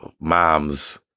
mom's